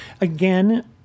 again